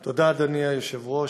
תודה, אדוני היושב-ראש.